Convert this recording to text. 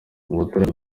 abaturage